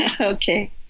Okay